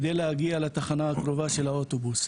על מנת להגיע לתחנה הקרובה של האוטובוס,